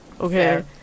Okay